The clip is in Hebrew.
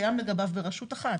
קיים לגביו ברשות אחת,